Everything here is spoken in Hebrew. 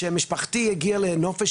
כאשר משפחתי הגיע לנופש,